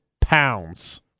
pounds